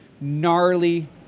gnarly